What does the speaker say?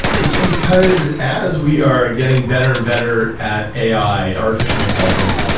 it's because as we are getting better and better at ai, artificial intelligence,